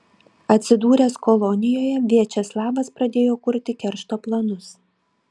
atsidūręs kolonijoje viačeslavas pradėjo kurti keršto planus